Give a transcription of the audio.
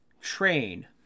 train